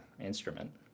instrument